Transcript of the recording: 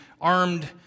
armed